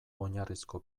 oinarrizko